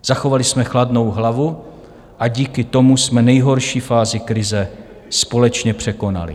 Zachovali jsme chladnou hlavu a díky tomu jsme nejhorší fázi krize společně překonali.